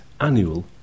annual